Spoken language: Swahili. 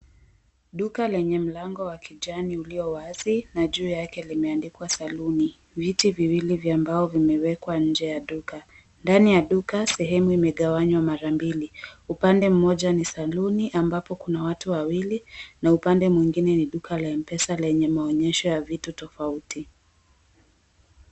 Duka lenye mlango wa kijani ulio wazi na juu yake limeandikwa saluni. Viti viwili vya mbao vimewekwa nje ya duka. Ndani ya duka, sehemu imegawanywa mara mbili, upande mmoja ni saluni, ambapo kuna watu wawili na upande mwingine ni duka la Mpesa lenye maonyesho ya vitu tofauti.